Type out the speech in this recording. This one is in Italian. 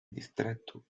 distretto